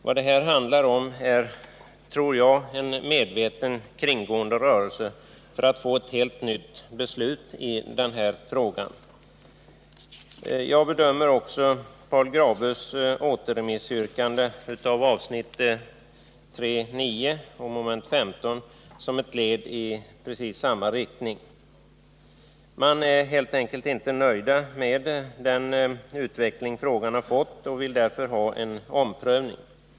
Vad det handlar om är troligen en medvetet kringgående rörelse för att få ett helt nytt beslut i denna fråga. Jag bedömer också Paul Grabös yrkande om återremiss av avsnitt 3.9, mom. 15, som ett led i samma riktning. Man är helt enkelt inte nöjd med den utveckling frågan har fått och vill därför ha en omprövning.